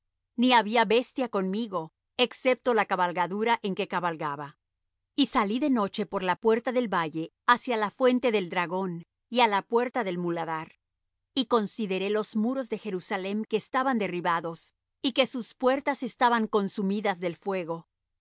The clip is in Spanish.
ni había bestia conmigo excepto la cabalgadura en que cabalgaba y salí de noche por la puerta del valle hacia la fuente del dragón y á la puerta del muladar y consideré los muros de jerusalem que estaban derribados y sus que puertas estaban consumidas del fuego